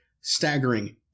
staggering